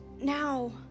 now